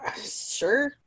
Sure